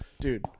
Dude